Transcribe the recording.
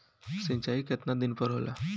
सिंचाई केतना दिन पर होला?